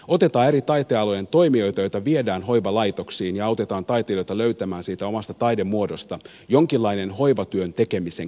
otetaan eri taiteenalojen toimijoita joita viedään hoivalaitoksiin ja autetaan taiteilijoita löytämään siitä omasta taidemuodostaan jonkinlainen hoivatyön tekemisen keino